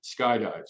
skydives